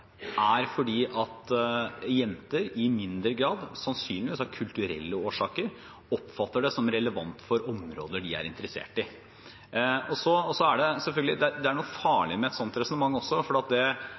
mindre grad, sannsynligvis av kulturelle årsaker, oppfatter det som relevant for områder de er interessert i. Så er det selvfølgelig noe farlig med et slikt resonnement også, for det